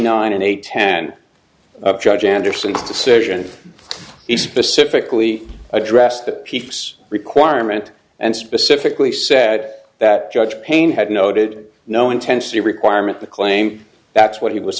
nine and a ten of judge anderson's decision he specifically addressed the peaks requirement and specifically said that judge payne had noted no intensity requirement the claim that's what he was